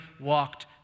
walked